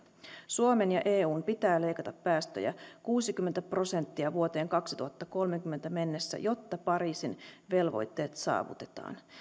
suomen ja eun pitää leikata päästöjä kuusikymmentä prosenttia vuoteen kaksituhattakolmekymmentä mennessä jotta pariisin velvoitteet saavutetaan